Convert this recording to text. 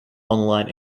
online